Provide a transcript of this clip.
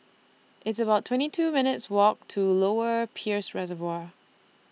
It's about twenty two minutes' Walk to Lower Peirce Reservoir